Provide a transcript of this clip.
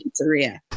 pizzeria